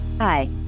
Hi